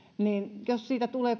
niin kun siitä tulee